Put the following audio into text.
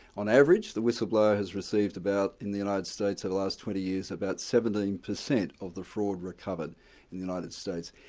on average, the whistleblower has received about in the united states over the last twenty years, about seventeen percent of the fraud recovered in the united states.